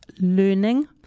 learning